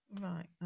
right